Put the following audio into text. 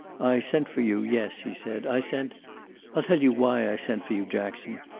i sent for you, yes, he said. i sent i'll tell you why i sent for you, jackson.